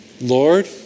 Lord